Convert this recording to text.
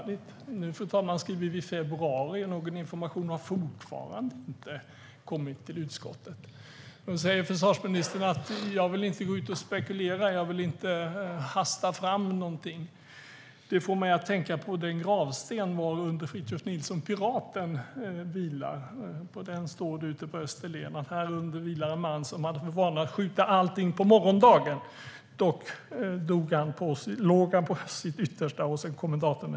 Nu, fru talman, skriver vi februari, och någon information har fortfarande inte kommit till utskottet. Försvarsministern säger att han inte vill gå ut och spekulera eller hasta fram någonting. Det får mig att tänka på den gravsten på Österlen varunder Fritiof Nilsson Piraten vilar. På den står det: "Här under är askan av en man som hade vanan att skjuta allt till morgondagen. Dock bättrades han på sitt yttersta och dog verkligen den 31 jan.